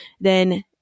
then-